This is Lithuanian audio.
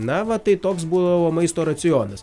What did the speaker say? na va tai toks būdavo maisto racionas